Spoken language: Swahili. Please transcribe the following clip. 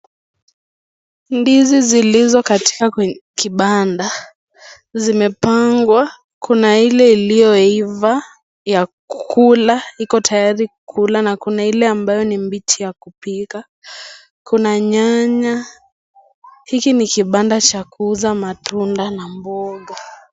Ndizi zilizo katika kibanda, zimepangwa kuna ile iliyoiva ya kukula iko tayari kukula na kula ile ambayo ni mbichiya kupika , kuna nyanya. Hiki ni kibanda cha kuuza nyanya na mboga.